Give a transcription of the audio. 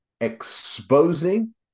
exposing